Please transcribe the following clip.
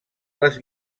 les